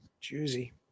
Juicy